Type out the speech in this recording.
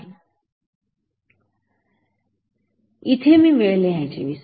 तर इथे मी वेळ लिहायचे विसरलो